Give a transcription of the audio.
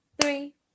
three